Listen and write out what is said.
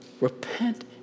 Repent